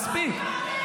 מספיק.